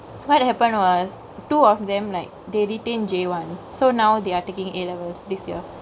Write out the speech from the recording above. what happened was two of them like they retain J one so now they are takingk A levels this year